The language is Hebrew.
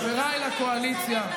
חבריי לקואליציה,